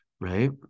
Right